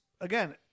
again